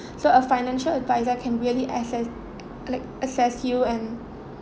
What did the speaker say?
so a financial advisor can really assess like assess you and